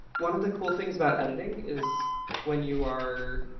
one of the cool things about editing is when you are